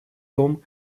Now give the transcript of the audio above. том